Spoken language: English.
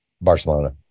Barcelona